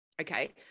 Okay